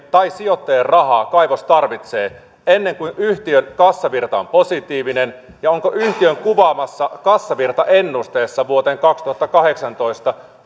tai sijoittajien rahaa kaivos tarvitsee ennen kuin yhtiön kassavirta on positiivinen ja onko yhtiön kuvaavassa kassavirtaennusteessa vuoteen kaksituhattakahdeksantoista